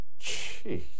Jeez